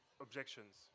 objections